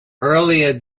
earlier